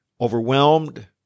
overwhelmed